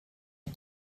die